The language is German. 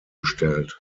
gestellt